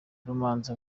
rumanzi